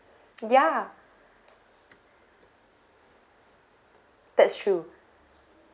ya that's true